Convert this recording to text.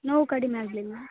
ನೋವು ಕಡಿಮೆ ಆಗ್ಲಿಲ್ಲ